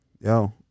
yo